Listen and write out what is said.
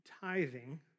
Tithing